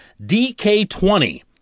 DK20